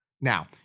Now